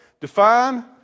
Define